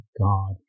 God